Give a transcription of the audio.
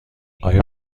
آیا